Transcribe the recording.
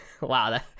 Wow